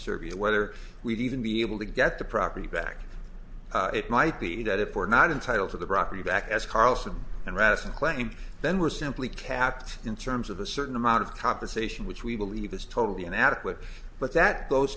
serbia whether we'd even be able to get the property back it might be that if we're not entitle to the property back as carlson and rason claim then we're simply kept in terms of a certain amount of compensation which we believe is totally inadequate but that